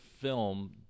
film